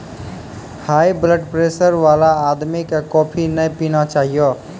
high blood pressure वाला आदमी कॅ कॉफी नय पीना चाहियो